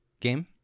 game